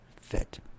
fit